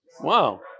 Wow